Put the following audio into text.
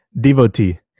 Devotee